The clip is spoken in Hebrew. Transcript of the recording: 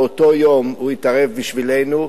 באותו יום הוא התערב בשבילנו,